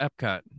Epcot